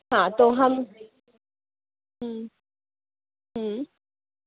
ہاں تو ہم